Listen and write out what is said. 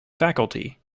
faculty